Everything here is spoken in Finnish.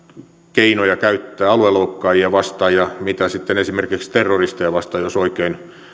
keinoja käyttää alueloukkaajia vastaan ja mitä sitten esimerkiksi terroristeja vastaan jos oikein